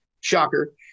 shocker